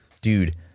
Dude